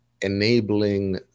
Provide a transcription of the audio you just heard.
enabling